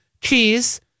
cheese